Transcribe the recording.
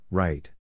right